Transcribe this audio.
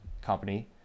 company